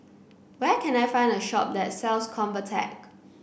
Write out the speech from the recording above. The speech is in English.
where can I find a shop that sells Convatec